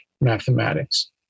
mathematics